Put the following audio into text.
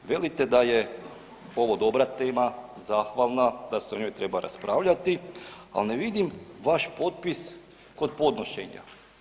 Velite da je ovo dobra tema, zahvalna, da se o njoj treba raspravljati, al ne vidim vaš potpis kod podnošenja.